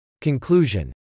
Conclusion